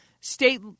state